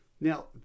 Now